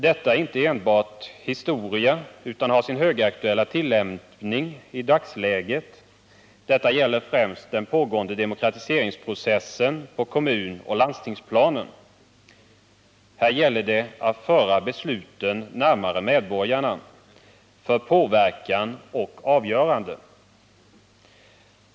Detta är inte enbart historia, utan har sin högaktuella tillämpning i dagsläget. Detta gäller främst den pågående demokratiseringsprocessen på kommunoch landstingsplanen. Här gäller det att föra besluten närmare medborgarna för påverkan och avgörande.